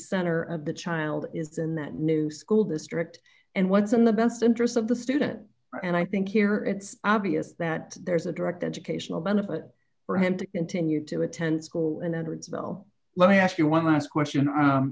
center of the child is in that new school district and what's in the best interests of the student and i think here it's obvious that there's a direct educational benefit for him to continue to attend school and hundreds well let me ask you one last question